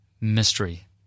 mystery